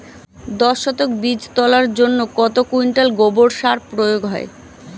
দশ শতক বীজ তলার জন্য কত কুইন্টাল গোবর সার প্রয়োগ হয়?